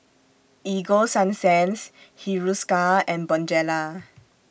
Ego Sunsense Hiruscar and Bonjela